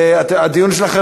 הדיון שלכם,